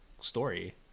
story